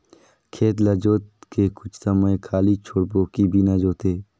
खेत ल जोत के कुछ समय खाली छोड़बो कि बिना जोते?